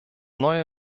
neue